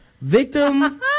Victim